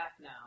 now